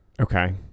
Okay